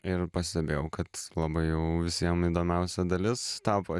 ir pastebėjau kad labai jau visiem įdomiausia dalis tapo